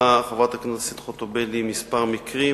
חברת הכנסת חוטובלי הציגה ספציפית כמה מקרים.